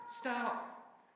Stop